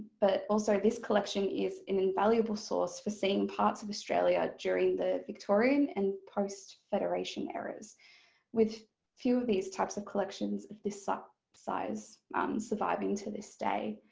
but also this collection is an invaluable source for seeing parts of australia during the victorian and post-federation eras with few of these types of collections of this ah size surviving to this day.